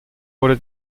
wurde